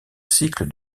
cycle